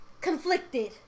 Conflicted